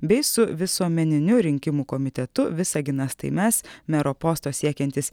bei su visuomeniniu rinkimų komitetu visaginas tai mes mero posto siekiantis